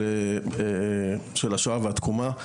של השואה והתקומה.